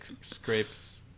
scrapes